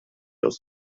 aus